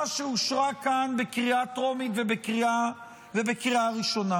שאושרה כאן בקריאה טרומית ובקריאה ראשונה.